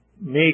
make